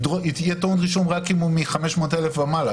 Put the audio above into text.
יהיה טעון רישום רק אם הוא מ-500,000 ומעלה.